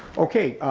okay,